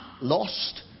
lost